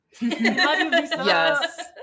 Yes